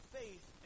faith